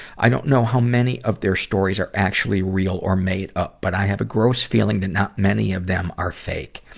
i don't know how many of their stories are actually real or made up, but i have a gross feeling that not many of them are fake.